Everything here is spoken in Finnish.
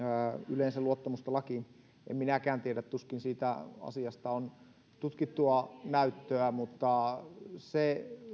yleensä luottamusta lakiin en minäkään tiedä tuskin siitä asiasta on tutkittua näyttöä mutta se